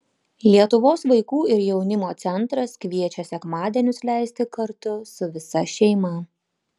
lietuvos vaikų ir jaunimo centras kviečia sekmadienius leisti kartu su visa šeima